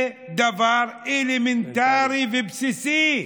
זה דבר אלמנטרי ובסיסי.